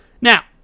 Now